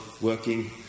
working